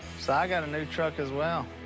ah got a new truck as well.